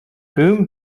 boom